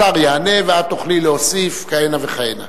השר יענה, ואת תוכלי להוסיף כהנה וכהנה.